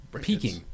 Peaking